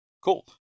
Cool